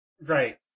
Right